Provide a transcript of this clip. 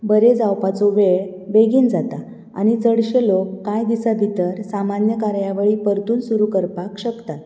बरें जावपाचो वेळ बेगीन जाता आनी चडशे लोक कांय दिसां भितर सामान्य कार्यावळी परतून सुरू करपाक शकतात